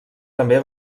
també